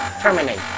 terminate